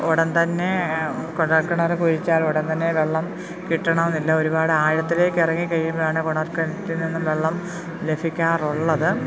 ഉടന് തന്നെ കുഴല്ക്കിണർ കുഴിച്ചാൽ ഉടന് തന്നെ വെള്ളം കിട്ടണമെന്നില്ല ഒരുപാട് ആഴത്തിലേക്ക് ഇറങ്ങിക്കഴിയുമ്പോഴാണ് കുഴല്ക്കിണറ്റില് നിന്നും വെള്ളം ലഭിക്കാറുള്ളത്